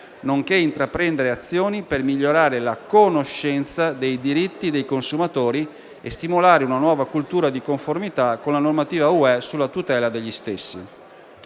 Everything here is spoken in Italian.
nonché intraprendere azioni per migliorare la conoscenza dei diritti dei consumatori e stimolare una nuova cultura di conformità con la normativa UE sulla tutela degli stessi.